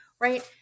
right